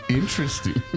interesting